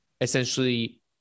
essentially